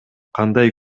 кандай